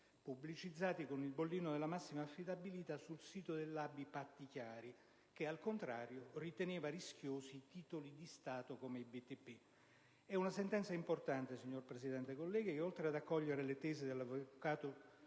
pubblicizzati con il bollino della massima affidabilità sul sito della ABI PattiChiari che, al contrario, riteneva rischiosi i titoli di Stato come i BTP. È una sentenza importante, signor Presidente, colleghi, che oltre ad accogliere le tesi dell'avvocato